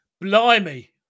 Blimey